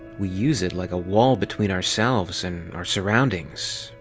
we use it like a wall between ourselves and our surroundings.